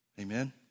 Amen